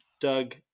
Doug